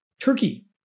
Turkey